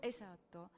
Esatto